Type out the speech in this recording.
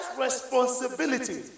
responsibility